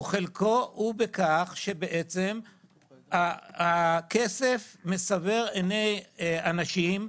וחלקו בכך שבעצם הכסף מסנוור עיני אנשים,